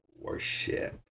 worship